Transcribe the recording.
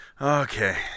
Okay